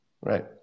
Right